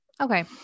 okay